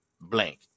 blank